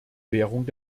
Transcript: währung